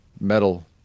metal